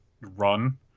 run